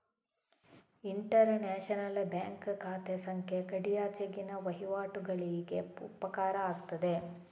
inter national bank ಖಾತೆ ಸಂಖ್ಯೆ ಗಡಿಯಾಚೆಗಿನ ವಹಿವಾಟುಗಳಿಗೆ ಉಪಕಾರ ಆಗ್ತದೆ